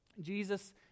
Jesus